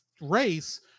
race